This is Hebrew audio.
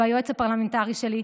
שהוא היועץ הפרלמנטרי שלי,